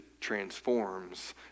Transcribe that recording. transforms